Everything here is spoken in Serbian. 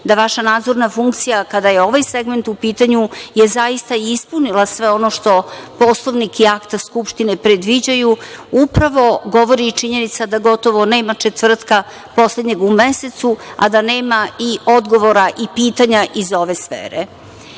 da vaša nadzorna funkcija, kada je ovaj segment u pitanju, je zaista ispunila sve ono što Poslovnik i akta Skupštine predviđaju, upravo govori i činjenica da gotovo nema četvrtka poslednjeg u mesecu, a da nema i odgovora i pitanja iz ove sfere. Dakle,